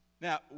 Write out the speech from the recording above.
Now